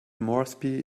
moresby